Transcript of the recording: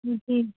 جی